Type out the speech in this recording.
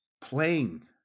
playing